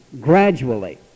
gradually